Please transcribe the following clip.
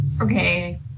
okay